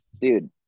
dude